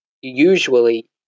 usually